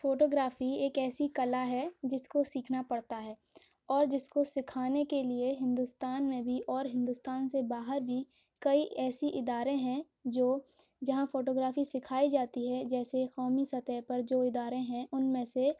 photo گرافی ایک ایسی کلا ہے جس کو سیکھنا پڑتا ہے اور جس کو سکھانے کے لیے ہندوستان میں بھی اور ہندوستان سے باہر بھی کئی ایسے ادارے ہیں جو جہاں فوٹو گرافی سکھائی جاتی ہے جیسے قومی سطح پر جو ادارے ہیں ان میں سے